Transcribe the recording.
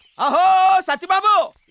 ah satti babu.